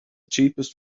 cheapest